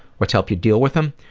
what's helped you deal with them?